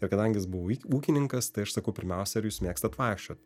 ir kadangi jis buvo ūkininkas tai aš sakau pirmiausia ar jūs mėgstat vaikščiot